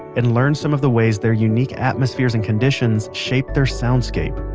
and learned some of the ways their unique atmospheres and conditions shape their soundscape,